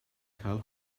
cael